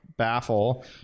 Baffle